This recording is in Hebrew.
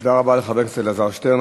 תודה רבה לחבר הכנסת אלעזר שטרן.